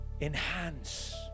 enhance